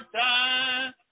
time